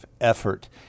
effort